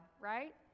right